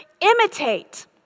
imitate